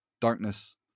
darkness